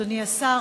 אדוני השר,